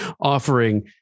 offering